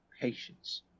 patience